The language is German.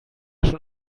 schon